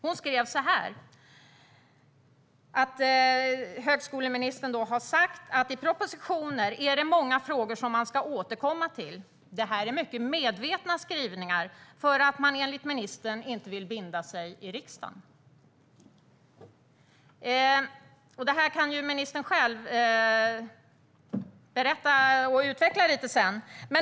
Hon skrev: Högskoleministern har sagt att i propositioner är det många frågor som man ska återkomma till. Det här är mycket medvetna skrivningar för att man enligt ministern inte vill binda sig i riksdagen. Det här kan ju ministern själv berätta om och utveckla sedan.